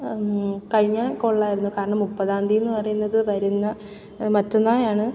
കഴിഞ്ഞാൽ കൊള്ളാമായിരുന്നു കാരണം മുപ്പതാന്തിയെന്നു പറയുന്നത് വരുന്ന മറ്റന്നാളാണ്